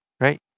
Right